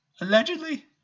Allegedly